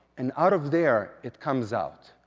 and out of there, it comes out.